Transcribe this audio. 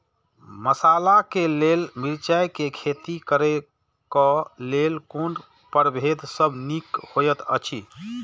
मसाला के लेल मिरचाई के खेती करे क लेल कोन परभेद सब निक होयत अछि?